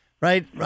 right